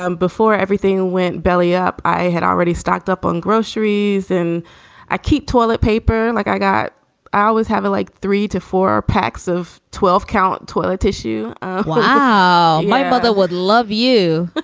um before everything went belly up, i had already stocked up on groceries and i keep toilet paper like i got i was having like three to four packs of twelve count toilet tissue my brother would love you